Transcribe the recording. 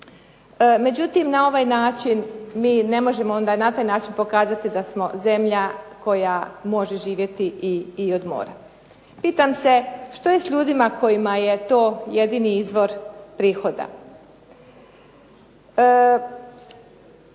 Međutim, na ovaj način mi ne možemo onda i na taj način pokazati da smo zemlja koja može živjeti i od mora. Pitam se što je s ljudima kojima je to jedini izvor prihoda?